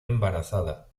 embarazada